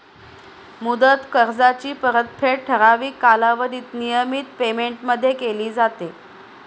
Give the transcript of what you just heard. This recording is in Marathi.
मुदत कर्जाची परतफेड ठराविक कालावधीत नियमित पेमेंटमध्ये केली जाते